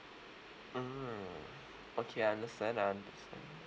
mm okay I understand I understand